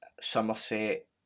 Somerset